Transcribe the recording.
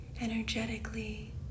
energetically